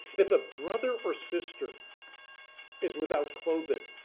if a brother or sister is without clothing,